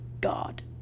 God